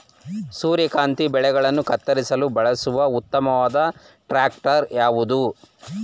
ಸೂರ್ಯಕಾಂತಿ ಬೆಳೆಗಳನ್ನು ಕತ್ತರಿಸಲು ಬಳಸುವ ಉತ್ತಮವಾದ ಟ್ರಾಕ್ಟರ್ ಯಾವುದು?